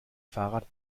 fahrrad